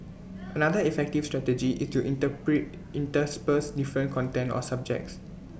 another effective strategy is to interpret intersperse different content or subjects